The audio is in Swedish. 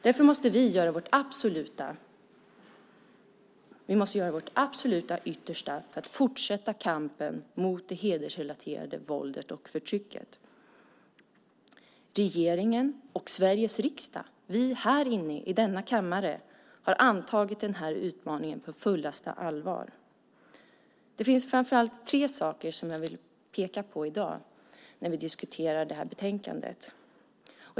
Därför måste vi göra vårt absolut yttersta för att fortsätta kampen mot det hedersrelaterade våldet och förtrycket. Regeringen och Sveriges riksdag, vi här inne i denna kammare, har antagit den här utmaningen på fullaste allvar. Det finns framför allt tre saker som jag vill peka på i dag när vi diskuterar det här betänkandet.